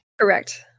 correct